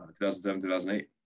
2007-2008